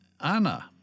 Anna